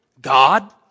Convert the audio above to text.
God